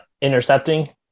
intercepting